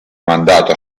mandato